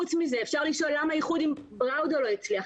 אפשר לשאול למה האיחוד עם בראודה לא הצליח,